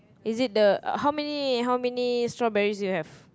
is it the how many how many strawberries you have